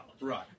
Right